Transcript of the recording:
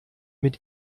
mit